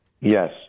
Yes